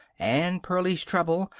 and pearlie's treble,